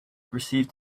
received